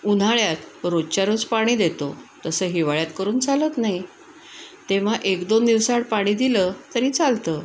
उन्हाळ्यात रोजच्या रोज पाणी देतो तसं हिवाळ्यात करून चालत नाही तेव्हा एक दोन दिवसाड पाणी दिलं तरी चालतं